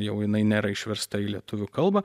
jau jinai nėra išversta į lietuvių kalbą